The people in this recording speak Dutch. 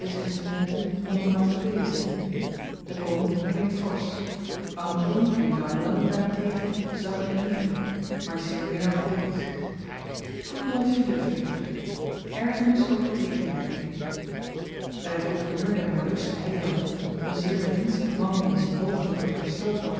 instrumenten onomatopeën zyn de gong klinkt forsch ankloeng en gamlang gamelan daarentegen zacht en liefelyk maar zeer melancholisch ergernis over tegenwerking by den gouverneur der moluksche eilanden een zeer verdienstelyk man die in z'n pogingen tot herstel van t